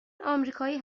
آمریکایی